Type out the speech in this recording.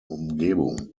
umgebung